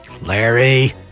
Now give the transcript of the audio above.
Larry